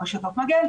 רשתות מגן,